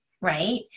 right